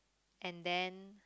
and then